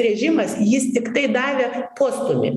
režimas jis tiktai davė postūmį